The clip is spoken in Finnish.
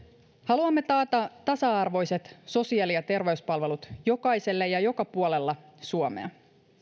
haluamme taata tasa arvoiset sosiaali ja terveyspalvelut jokaiselle ja joka puolella suomea